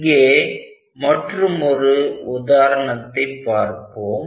இங்கே மற்றுமொரு உதாரணத்தை பார்ப்போம்